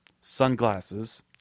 sunglasses